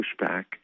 pushback